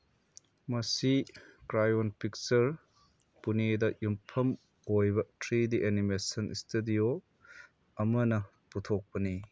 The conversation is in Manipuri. ꯃꯁꯤ ꯀ꯭ꯔꯥꯌꯣꯟ ꯄꯤꯛꯆꯔ ꯄꯨꯅꯦꯗ ꯌꯨꯝꯐꯝ ꯑꯣꯏꯕ ꯊ꯭ꯔꯤ ꯗꯤ ꯑꯦꯅꯤꯃꯦꯁꯟ ꯏꯁꯇꯗꯤꯑꯣ ꯑꯃꯅ ꯄꯨꯊꯣꯛꯄꯅꯤ